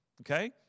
Okay